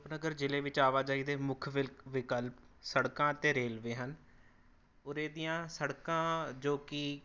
ਰੂਪਨਗਰ ਜ਼ਿਲ੍ਹੇ ਵਿੱਚ ਆਵਾਜਾਈ ਦੇ ਮੁੱਖ ਵਿਲਕ ਵਿਕਲਪ ਸੜਕਾਂ ਅਤੇ ਰੇਲਵੇ ਹਨ ਉਰੇ ਦੀਆਂ ਸੜਕਾਂ ਜੋ ਕਿ